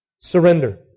surrender